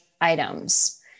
items